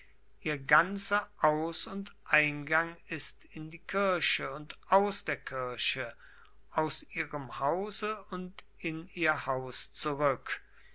ihr ganzer aus und eingang ist in die kirche und aus der kirche aus ihrem hause und in ihr haus zurück